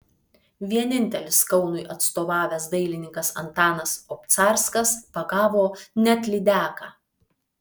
vienintelis kaunui atstovavęs dailininkas antanas obcarskas pagavo net lydeką